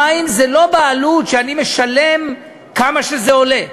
המים זה לא בעלות, שאני משלם כמה שזה עולה.